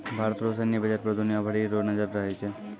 भारत रो सैन्य बजट पर दुनिया भरी रो नजर रहै छै